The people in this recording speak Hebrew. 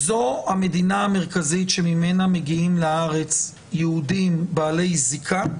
זו המדינה המרכזית שממנה מגיעים לארץ יהודים בעלי זיקה,